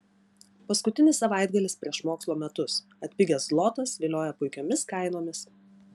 paskutinis savaitgalis prieš mokslo metus atpigęs zlotas vilioja puikiomis kainomis